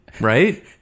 Right